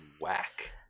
whack